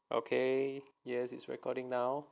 okay I am the speaker uh